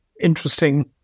interesting